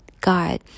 god